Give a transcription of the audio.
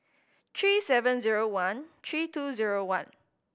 three seven zero one three two zero one